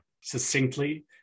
succinctly